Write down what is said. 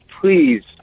Please